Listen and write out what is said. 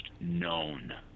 known